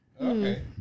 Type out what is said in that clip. Okay